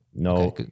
No